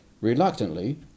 Reluctantly